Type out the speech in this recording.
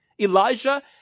Elijah